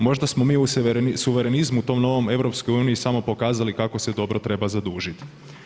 Možda smo mi u suverenizmu u tom novom u EU samo pokazali kako se dobro treba zadužit.